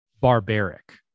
barbaric